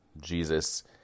Jesus